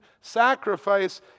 sacrifice